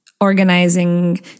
organizing